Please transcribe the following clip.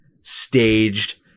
staged